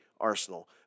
Arsenal